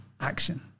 action